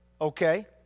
okay